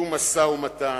שום משא-ומתן,